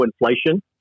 inflation